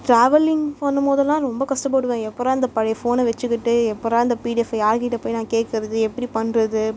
travelling பண்ணும்போதெல்லாம் ரொம்ப கஷ்டப்படுவேன் எப்படிறா இந்த பழைய ஃபோனை வச்சுக்கிட்டு எப்படிறா இந்த பிடிஎஃப்பை யார்க் கிட்டே போய் நான் கேட்கறது எப்படி பண்ணுறது